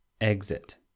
Exit